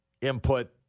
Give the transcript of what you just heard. input